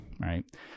right